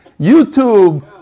YouTube